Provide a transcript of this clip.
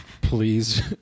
please